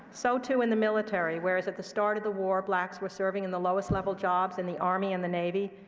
so, too, in the military. whereas at the start of the war blacks were serving in the lowest level jobs in the army and the navy,